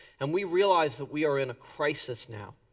and we realized that we are in a crisis now.